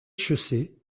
chaussée